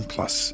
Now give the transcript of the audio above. Plus